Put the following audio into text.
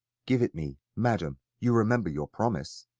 give it me. madam, you remember your promise.